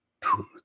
truth